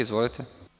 Izvolite.